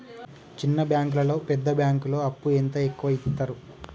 చిన్న బ్యాంకులలో పెద్ద బ్యాంకులో అప్పు ఎంత ఎక్కువ యిత్తరు?